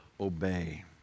obey